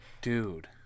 Dude